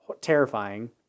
terrifying